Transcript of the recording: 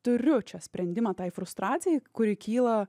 turiu čia sprendimą tai frustracijai kuri kyla